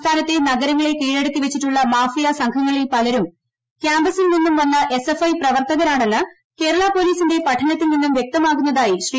സംസ്ഥാനത്തെ നഗരങ്ങളെ കീഴടക്കിവെച്ചിട്ടുള്ള മ്യൂഫിയാ സംഘങ്ങളിൽ പലരും ക്യാംപസിൽ നിന്നും വന്ന എസ് എഷ്ട് ഐ പ്രവർത്തകരാണെന്ന് കേരളാ പൊലീസിന്റെ പഠനത്തിൽ നിന്നും വ്യക്തമാകുന്നതായി ശ്രീ